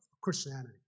Christianity